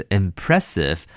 impressive